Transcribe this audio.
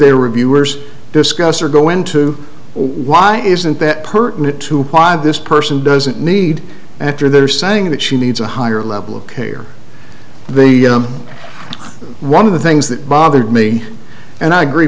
their reviewers discuss or go into why isn't that pertinent to why this person doesn't need after they're saying that she needs a higher level of care the one of the things that bothered me and i agree